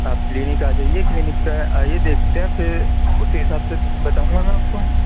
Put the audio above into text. آپ کلینک آ جائیے کلینک پہ آئیے دیکھتے ہیں پھر اُسی حساب سے بتاؤں گا میں آپ کو